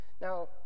Now